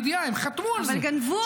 הם חתמו על זה -- אבל גנבו אותם.